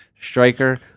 striker